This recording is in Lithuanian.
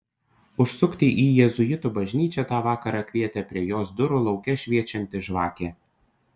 užsukti į jėzuitų bažnyčią tą vakarą kvietė prie jos durų lauke šviečianti žvakė